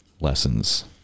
lessons